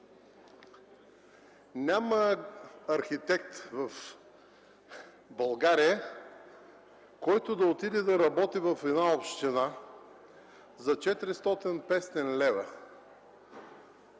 Няма архитект в България, който да отиде да работи в една община за 400-500 лв.